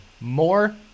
More